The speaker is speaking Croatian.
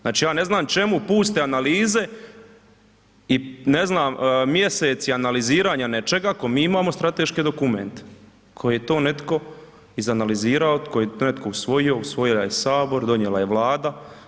Znači ja ne znam čemu puste analize i ne znam mjeseci realiziranja nečega ako mi imamo strateške dokumente koje je netko iz analizirao, tko je netko usvojio, usvojio je Sabor, a donijela je Vlada.